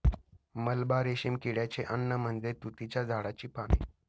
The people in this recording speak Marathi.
मलबा रेशीम किड्याचे अन्न म्हणजे तुतीच्या झाडाची पाने